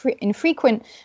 infrequent